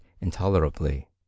intolerably